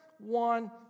one